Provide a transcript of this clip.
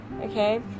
Okay